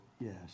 yes